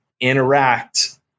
interact